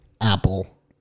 Apple